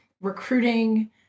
recruiting